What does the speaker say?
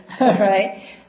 right